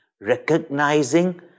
recognizing